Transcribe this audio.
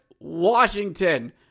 Washington